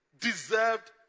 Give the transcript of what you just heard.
deserved